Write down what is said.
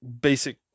basic